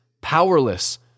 powerless